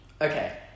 Okay